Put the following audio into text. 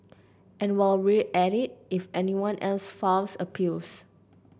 and while we're at it if anyone else files appeals